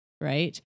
right